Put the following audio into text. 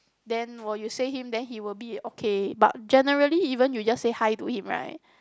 then while you say him then he will be okay but generally even you just say hi to him right